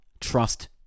Trust